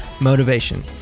motivation